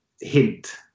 hint